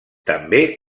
també